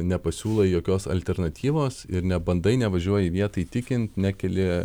nepasiūlai jokios alternatyvos ir nebandai nevažiuoji į vietą įtikint nekeli